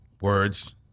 words